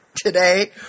today